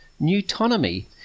Newtonomy